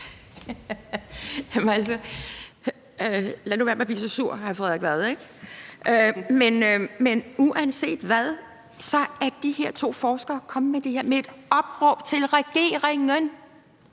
lad nu være med at blive så sur, hr. Frederik Vad. Men uanset hvad er de her to forskere kommet med et opråb til regeringen.